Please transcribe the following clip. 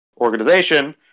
organization